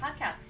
podcast